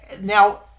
Now